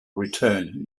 return